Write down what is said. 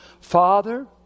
Father